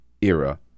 era